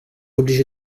obligé